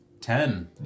Ten